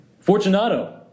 Fortunato